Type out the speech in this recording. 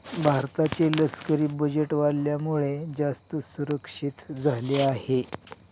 भारताचे लष्करी बजेट वाढल्यामुळे, जास्त सुरक्षित झाले आहे